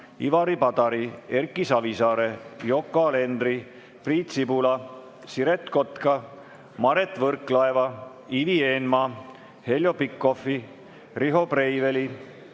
Ivari Padari, Erki Savisaare, Yoko Alenderi, Priit Sibula, Siret Kotka, Mart Võrklaeva, Ivi Eenmaa, Heljo Pikhofi, Riho Breiveli,